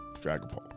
Dragapult